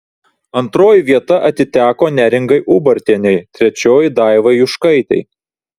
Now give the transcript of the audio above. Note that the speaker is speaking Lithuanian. antroji vieta atiteko neringai ubartienei trečioji daivai juškaitei